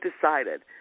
decided